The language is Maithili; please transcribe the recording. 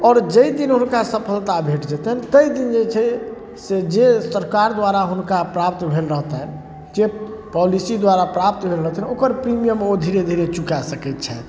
आओर जाहि दिन हुनका सफलता भेट जेतनि ताहि दिन जे छै से जे सरकार द्वारा हुनका प्राप्त भेल रहतनि जे पॉलिसी द्वारा प्राप्त भेल रहतनि ओकर प्रीमियम ओ धीरे धीरे चुका सकै छथि